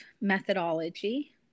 methodology